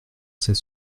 sait